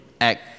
act